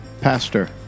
Pastor